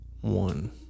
one